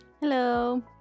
hello